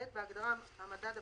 (ב) בהגדרה "המדד הבסיסי",